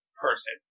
person